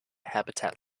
habitat